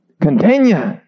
continue